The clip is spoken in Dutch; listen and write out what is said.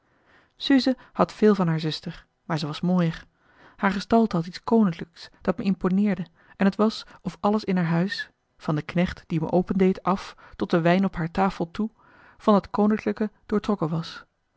suze had veel van haar zuster maar ze was mooier haar gestalte had iets koninklijks dat me imponeerde en t was of alles in haar huis van de knecht die marcellus emants een nagelaten bekentenis me opendeed af tot de wijn op haar tafel toe van dat koninklijke doortrokken was